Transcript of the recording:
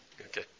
Okay